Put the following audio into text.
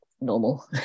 normal